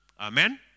Amen